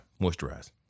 Moisturize